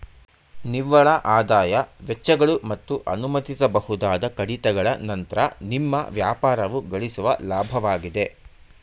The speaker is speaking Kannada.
ನಿವ್ವಳಆದಾಯ ವೆಚ್ಚಗಳು ಮತ್ತು ಅನುಮತಿಸಬಹುದಾದ ಕಡಿತಗಳ ನಂತ್ರ ನಿಮ್ಮ ವ್ಯಾಪಾರವು ಗಳಿಸುವ ಲಾಭವಾಗಿದೆ